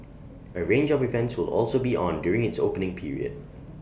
A range of events will also be on during its opening period